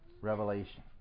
Revelation